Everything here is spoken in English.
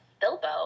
Bilbo